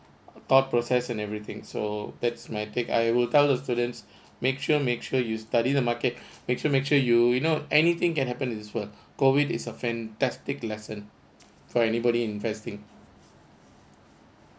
thought process and everything so that's my take I will tell the students make sure make sure you study the market make sure make sure you you know anything can happen is this where COVID is a fantastic lesson for anybody investing